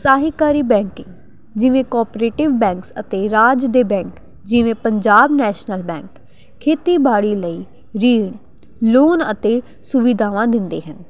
ਸਹਿਕਾਰੀ ਬੈਂਕਿੰਗ ਜਿਵੇਂ cooperative banks ਅਤੇ ਰਾਜ ਦੇ ਬੈਂਕ ਜਿਵੇਂ ਪੰਜਾਬ ਨੈਸ਼ਨਲ ਬੈਂਕ ਖੇਤੀਬਾੜੀ ਲਈ ਰਿਣ ਲੋਨ ਅਤੇ ਸੁਵਿਧਾਵਾਂ ਦਿੰਦੇ ਹਨ